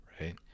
right